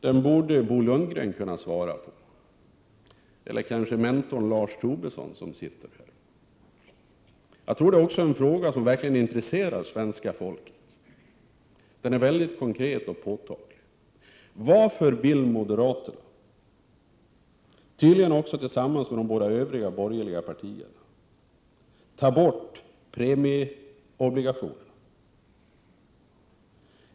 Den borde Bo Lundgren kunna svara på, eller kanske mentorn Lars Tobisson som sitter här. Jag tror det också är en fråga som verkligen intresserar svenska folket. Den är väldigt konkret och påtaglig: Varför vill moderaterna, tydligen också tillsammans med de båda övriga borgerliga partierna, ta bort premieobligationerna?